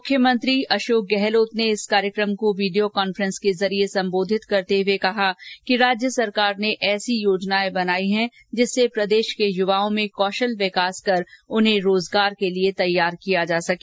मुख्यमंत्री अशोक गहलोत ने इस कार्यक्रम को वीडियो कांफेस के जरिए संबोधित करते हुए कहा कि राज्य सरकार ने ऐसी योजनाए बनाई हैं जिससे प्रदेश के युवाओं में कौशल विकास कर उन्हें रोजगार के लिए तैयार किया जा सके